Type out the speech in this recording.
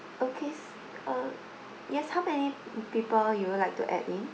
yes how many people you would like to add in